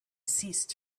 ceased